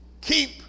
keep